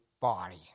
body